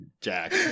jack